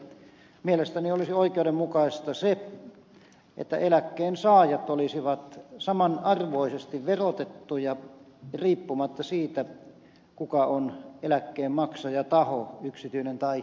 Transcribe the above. mielestäni olisi oikeudenmukaista se että eläkkeensaajat olisivat samanarvoisesti verotettuja riippumatta siitä mikä on eläkkeen maksajataho yksityinen tai julkinen